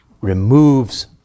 removes